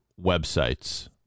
websites